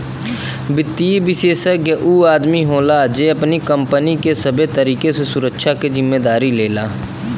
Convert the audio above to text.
वित्तीय विषेशज्ञ ऊ आदमी होला जे कंपनी के सबे तरीके से सुरक्षा के जिम्मेदारी लेला